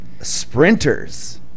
sprinters